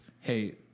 hey